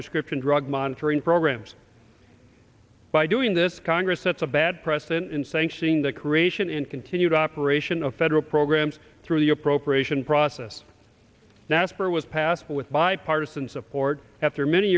prescription drug monitoring programs by doing this congress sets a bad precedent in sanctioning the creation and continued operation of federal programs through the appropriation process now asked for was passed with bipartisan support after many